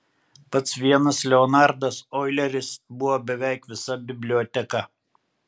pats vienas leonardas oileris buvo beveik visa biblioteka